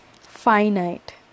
finite